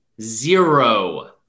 zero